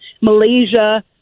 Malaysia